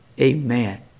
amen